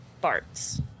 Bart's